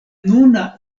nuna